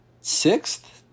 sixth